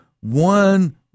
one